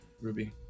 Ruby